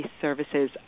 services